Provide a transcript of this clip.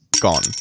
Gone